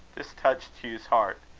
this touched hugh's heart.